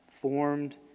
Formed